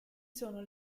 sono